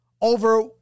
over